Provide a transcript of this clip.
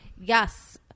yes